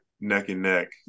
neck-and-neck